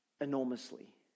enormously